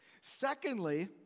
Secondly